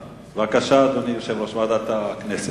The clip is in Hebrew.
בבקשה, אדוני יושב-ראש ועדת הכנסת.